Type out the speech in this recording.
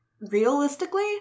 realistically